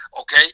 okay